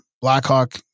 Blackhawk